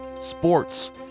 sports